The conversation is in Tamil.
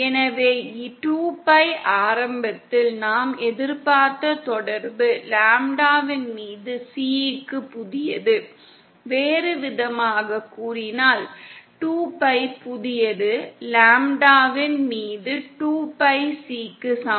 எனவே 2 Pi ஆரம்பத்தில் நாம் எதிர்பார்த்த தொடர்பு லாம்ப்டாவின் மீது C க்கு புதியது வேறுவிதமாகக் கூறினால் 2 Pi புதியது லாம்ப்டாவின் மீது 2 Pi C க்கு சமம்